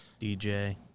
DJ